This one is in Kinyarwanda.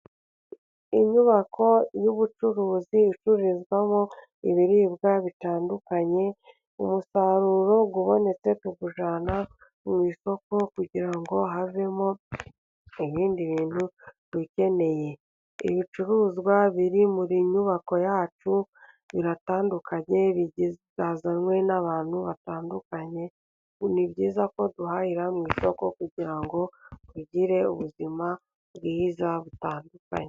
Inyubako y'ubucuruzi icurururizwamo ibiribwa bitandukanye. Umusaruro ubonetse tuwujyana mu isoko kugira ngo havemo ibindi bintu dukeneye. Ibicuruzwa biri muri iyi nyubako yacu biratandukanye, byazanywe n'abantu batandukanye. Ni byiza ko duhahira mu isoko kugira ngo tugire ubuzima bwiza butandukanye.